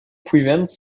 prevents